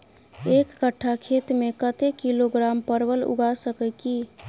एक कट्ठा खेत मे कत्ते किलोग्राम परवल उगा सकय की??